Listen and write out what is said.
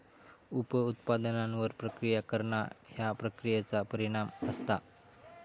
उप उत्पादनांवर प्रक्रिया करणा ह्या प्रक्रियेचा परिणाम असता